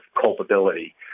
culpability